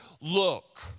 Look